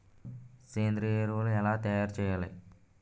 సేంద్రీయ ఎరువులు ఎలా తయారు చేయాలి?